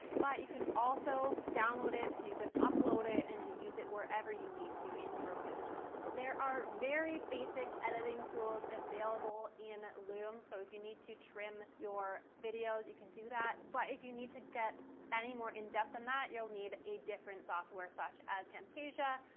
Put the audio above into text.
but you can also download it so you can upload it and use it wherever you need to in your business. there are very basic editing tools available in loom, so if you need to trim your videos you can do that. but if you need to get any more in-depth than that you'll need a different software such as camtasia,